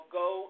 go